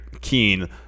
keen